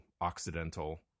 occidental